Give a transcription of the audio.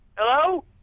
Hello